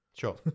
Sure